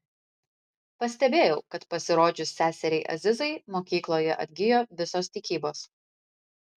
pastebėjau kad pasirodžius seseriai azizai mokykloje atgijo visos tikybos